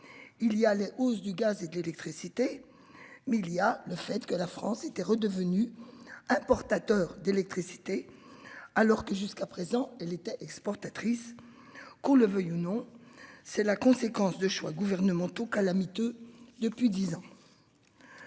Il y a les hausses du gaz et d'électricité. Mais il y a le fait que la France était redevenue importateur d'électricité alors que jusqu'à présent elle était exportatrice. Qu'on le veuille ou non. C'est la conséquence de choix gouvernementaux calamiteux depuis 10 ans.